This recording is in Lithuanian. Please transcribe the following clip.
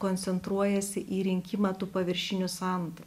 koncentruojasi į rinkimą tų paviršinių sandų